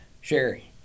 Sherry